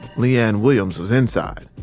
le-ann williams was inside.